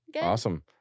Awesome